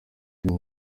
film